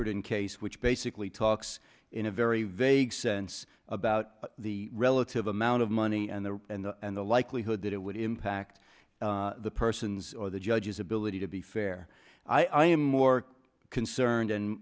caperton case which basically talks in a very vague sense about the relative amount of money and the and and the likelihood that it would impact the person's or the judge's ability to be fair i am more concerned